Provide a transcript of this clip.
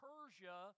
Persia